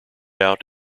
out